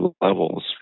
levels